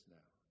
now